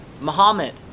Muhammad